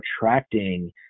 attracting